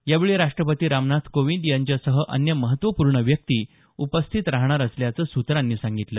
यावेळी राष्ट्रपती रामनाथ कोविंद यांच्यासह अन्य महत्त्वपूर्ण व्यक्ति उपस्थित राहणार असल्याचं सूत्रांनी सांगितलं